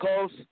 Coast